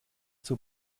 zur